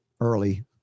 early